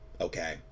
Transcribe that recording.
okay